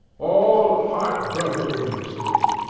all heartbroken imbeciles.